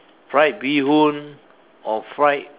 fried bee-hoon or fried